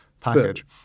package